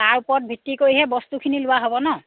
তাৰ ওপৰত ভিত্তি কৰিহে বস্তুখিনি লোৱা হ'ব ন